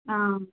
आं